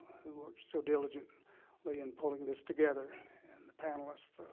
who worked so diligently like in pulling this together, and the panelists.